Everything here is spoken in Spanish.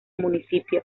municipio